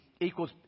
equals